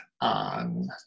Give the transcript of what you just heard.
on